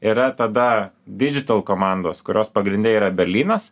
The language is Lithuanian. yra tada didžital komandos kurios pagrinde yra berlynas